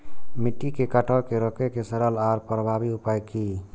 मिट्टी के कटाव के रोके के सरल आर प्रभावी उपाय की?